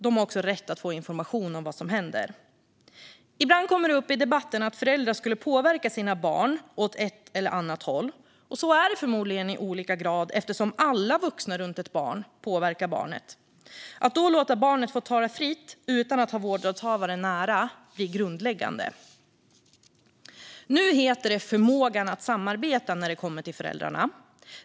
De har också rätt att få information om vad som händer. Ibland kommer det upp i debatten att föräldrar skulle påverka sina barn åt ett eller annat håll. Och så är det förmodligen i olika grad eftersom alla vuxna runt ett barn påverkar barnet. Att då låta barnet få tala fritt utan att ha vårdnadshavare nära blir grundläggande. Nu heter det "förmågan att samarbeta" när det kommer till föräldrarna.